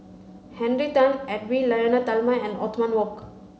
Henry Tan Edwy Lyonet Talma and Othman Wok